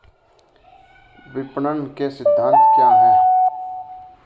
विपणन के सिद्धांत क्या हैं?